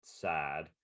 sad